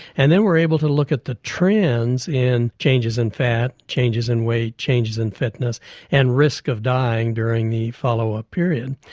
and then we were able to look at the trends in changes in fat, changes in weight, changes in fitness and risk of dying during the follow up period.